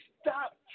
Stop